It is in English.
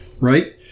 Right